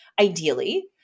ideally